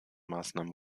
maßnahmen